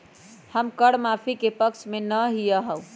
हम कर माफी के पक्ष में ना ही याउ